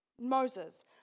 Moses